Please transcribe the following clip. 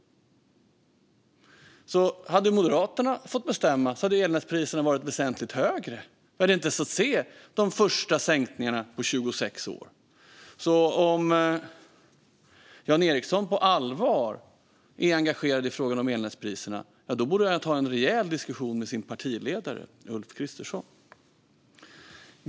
Om Moderaterna hade fått bestämma hade alltså elnätspriserna varit väsentligt högre. Vi hade inte fått se de första sänkningarna på 26 år. Om Jan Ericson på allvar är engagerad i frågan om elnätspriserna borde han ta en rejäl diskussion med sin partiledare Ulf Kristersson.